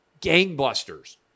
gangbusters